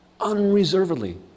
unreservedly